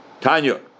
Tanya